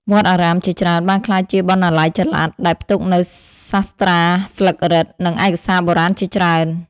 វត្តអារាមជាច្រើនបានក្លាយជាបណ្ណាល័យចល័ត ដែលផ្ទុកនូវសាត្រាស្លឹករឹត និងឯកសារបុរាណជាច្រើន។